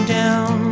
down